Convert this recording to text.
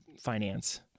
finance